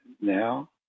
now